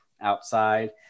outside